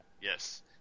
Yes